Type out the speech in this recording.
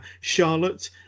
Charlotte